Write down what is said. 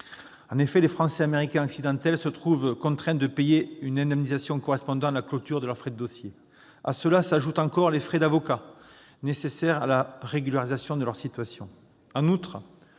En effet, les Français « américains accidentels » se trouvent contraints de payer une indemnisation correspondant à la clôture de leurs frais de dossiers. À cela s'ajoutent encore les frais d'avocats nécessaires à la régularisation de leur situation.